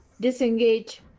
disengage